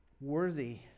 worthy